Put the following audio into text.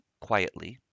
quietly